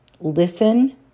listen